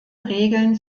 regeln